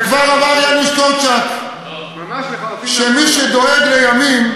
וכבר אמר יאנוש קורצ'אק, שמי שדואג לימים,